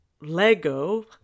Lego